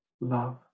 love